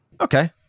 Okay